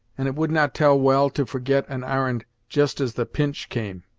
and it would not tell well to forget an ar'n'd just as the pinch came.